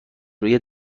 روی